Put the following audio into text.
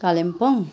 Kalimpong